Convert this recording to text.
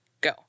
go